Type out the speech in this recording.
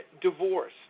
divorce